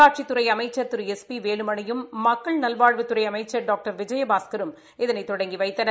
உள்ளாட்சித்துறை அமைச்ச் திரு எஸ் பி வேலுமணியும் மக்கள் நல்வாழ்வுத்துறை அமைச்சா டாக்டர் விஜயபாஸ்ககரும் இதனை தொடங்கி வைத்தனர்